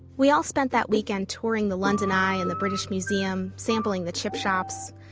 we all spent that weekend touring the london eye and the british museum, sampling the chip shops.